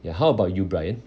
ya how about you brian